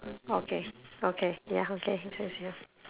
okay okay ya okay you close lor